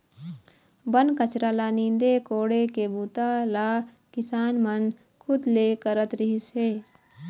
बन कचरा ल नींदे कोड़े के बूता ल किसान मन खुद ले करत रिहिस हे